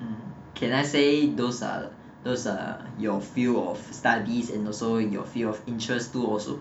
can I say those are those are your field of studies and also your field of interest too also